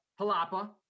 palapa